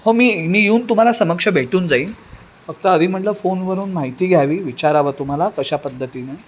हो मी मी येऊन तुम्हाला समक्ष भेटून जाईन फक्त आधी म्हटलं फोनवरून माहिती घ्यावी विचारावं तुम्हाला कशा पद्धतीने